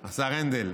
הנדל,